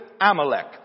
Amalek